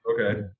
Okay